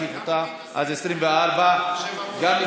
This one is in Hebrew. להוסיף גם את תהלה פרידמן, אז 24. גם אותי.